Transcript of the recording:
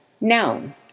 Noun